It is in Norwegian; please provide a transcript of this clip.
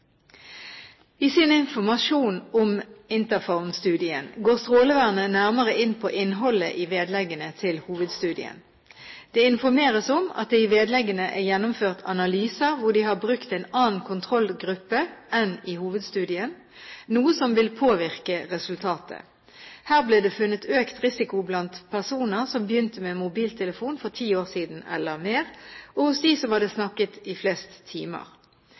I sin informasjon om Interphone-studien går Strålevernet nærmere inn på innholdet i vedleggene til hovedstudien. Det informeres om at det i vedleggene er gjennomført analyser hvor de har brukt en annen kontrollgruppe enn i hovedstudien – noe som vil påvirke resultatet. Her ble det funnet økt risiko blant personer som begynte med mobiltelefon for ti år siden eller mer, og hos dem som hadde snakket i flest timer.